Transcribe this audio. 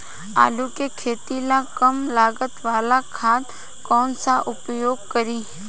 आलू के खेती ला कम लागत वाला खाद कौन सा उपयोग करी?